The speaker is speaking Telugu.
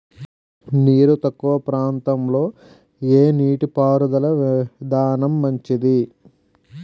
నీరు తక్కువ ప్రాంతంలో ఏ నీటిపారుదల విధానం మంచిది?